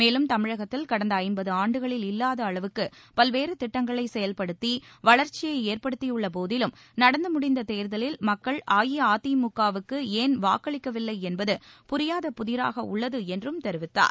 மேலும் தமிழகத்தில் கடந்த ஐம்பது ஆண்டுகளில் இல்லாத அளவுக்கு பல்வேறு திட்டங்களை செயல்படுத்தி வளர்ச்சியை ஏற்படுத்தியுள்ள போதிலும் நடந்து முடிந்த தேர்தலில் மக்கள் அஇஅதிமுகவுக்கு ஏன் வாக்களிக்கவில்லை என்பது புரியாத புதிராக உள்ளது என்றும் தெரிவித்தார்